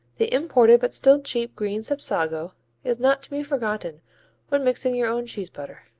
the imported but still cheap green sapsago is not to be forgotten when mixing your own cheese butter.